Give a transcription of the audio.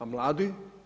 A mladi?